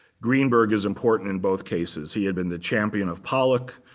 greenberg is important in both cases. he had been the champion of pollock,